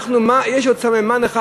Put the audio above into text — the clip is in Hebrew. יש עוד סממן אחד,